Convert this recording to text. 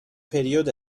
پریود